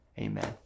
amen